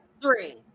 Three